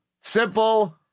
Simple